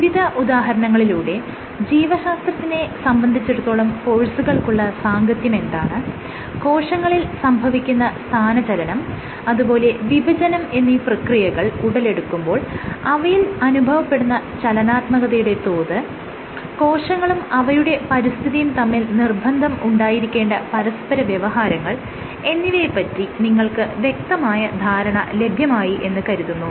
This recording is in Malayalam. വിവിധ ഉദാഹരണങ്ങളിലൂടെ ജീവശാസ്ത്രത്തിനെ സംബന്ധിച്ചിടത്തോളം ഫോഴ്സുകൾക്കുള്ള സാംഗത്യം എന്താണ് കോശങ്ങളിൽ സംഭവിക്കുന്ന സ്ഥാനചലനം അതുപോലെ വിഭജനം എന്നീ പ്രക്രിയകൾ ഉടലെടുക്കുമ്പോൾ അവയിൽ അനുഭവപ്പെടുന്ന ചലനാത്മകതയുടെ തോത് കോശങ്ങളും അവയുടെ പരിസ്ഥിതിയും തമ്മിൽ നിർബന്ധം ഉണ്ടായിരിക്കേണ്ട പരസ്പരവ്യവഹാരങ്ങൾ എന്നിവയെ പറ്റി നിങ്ങൾക്ക് വ്യക്തമായ ധാരണ ലഭ്യമായി എന്ന് കരുതുന്നു